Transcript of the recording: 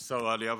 שר העלייה והקליטה,